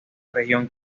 región